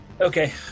Okay